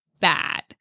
bad